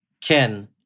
Ken